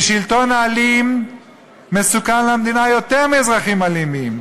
כי שלטון אלים מסוכן למדינה יותר מאזרחים אלימים.